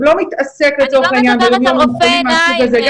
שלא מתעסק לצורך העניין עם חולים מהסוג הזה.